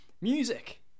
music